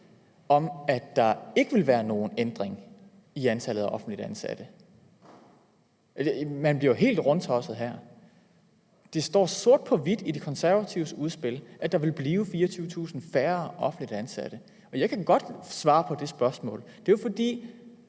om, at der ikke vil være nogen ændring i antallet af offentligt ansatte. Man bliver jo helt rundtosset her. Det står sort på hvidt i De Konservatives udspil, at der vil blive 24.000 færre offentligt ansatte. Og jeg kan godt svare på hvorfor: Det er jo, fordi